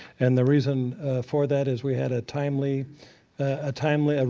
and the reason for that is we had a timely a timely a